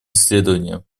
исследование